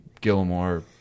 Gilmore